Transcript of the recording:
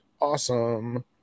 awesome